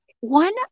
one